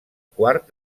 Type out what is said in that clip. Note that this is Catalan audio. quart